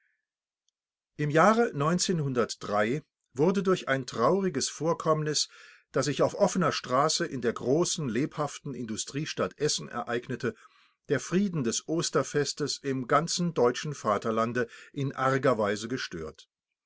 im jahre wurde durch ein trauriges vorkommnis das sich auf offener straße in der großen lebhaften industriestadt essen ereignete der frieden des osterfestes im ganzen deutschen vaterlande in arger weise gestört